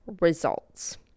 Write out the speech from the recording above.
results